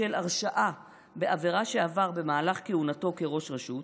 בשל הרשעה בעבירה שעבר במהלך כהונתו כראש רשות,